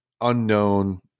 unknown